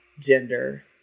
gender